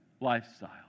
lifestyle